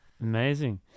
amazing